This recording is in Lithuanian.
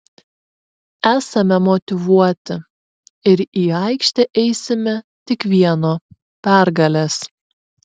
esame motyvuoti ir į aikštę eisime tik vieno pergalės